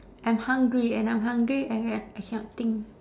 I'm hungry and I'm hungry I I I cannot think